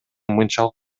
мынчалык